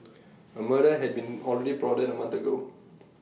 A murder had been already plotted A month ago